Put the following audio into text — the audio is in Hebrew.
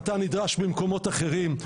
אתה נדרש במקומות אחרים.